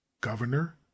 Governor